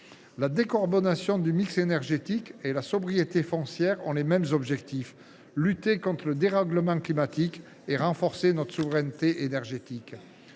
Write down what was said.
La décarbonation du mix énergétique et la sobriété foncière ont les mêmes objectifs : lutter contre le dérèglement climatique et renforcer notre souveraineté énergétique.